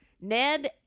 Ned